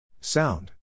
Sound